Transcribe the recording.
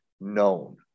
known